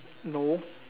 no